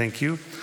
Thank you.